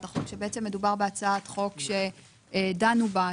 החוק שבעצם מדובר בהצעת חוק שדנו בה,